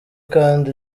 kandi